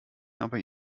aber